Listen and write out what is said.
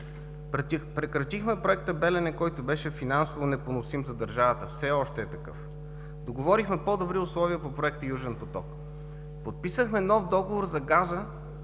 Прекратихме проекта „Белене“, който беше финансово непоносим за държавата, все още е такъв! Договорихме по-добри условия по проекта „Южен поток“. Подписахме нов договор за газа